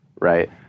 right